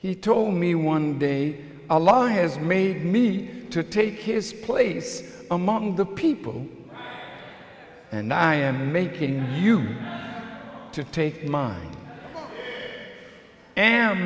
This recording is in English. he told me one day alone has made me to take his place among the people and i am making you to take m